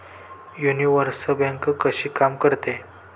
Universal bank कशी काम करते?